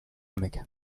meckern